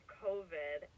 covid